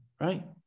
Right